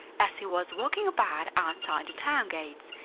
as he was walking about outside the town gates,